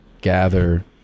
gather